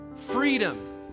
freedom